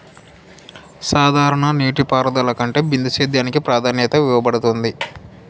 సాధారణ నీటిపారుదల కంటే బిందు సేద్యానికి ప్రాధాన్యత ఇవ్వబడుతుంది